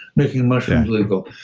making mushrooms legal.